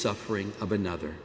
suffering of another